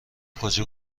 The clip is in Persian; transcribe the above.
کجا